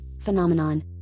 Phenomenon